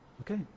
Okay